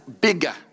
bigger